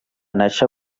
nàixer